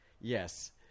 Yes